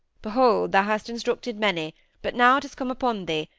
behold thou hast instructed many but now it is come upon thee,